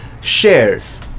shares